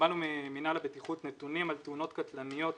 קיבלנו ממינהל הבטיחות נתונים על תאונות קטלניות